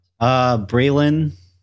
Braylon